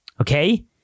okay